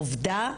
עובדה,